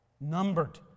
Numbered